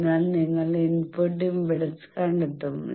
അതിനാൽ നിങ്ങൾ input impedance കണ്ടെത്തും